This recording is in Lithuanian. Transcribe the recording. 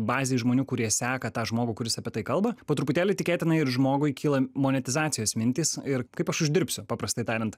bazei žmonių kurie seka tą žmogų kuris apie tai kalba po truputėlį tikėtina ir žmogui kyla monetizacijos mintys ir kaip aš uždirbsiu paprastai tariant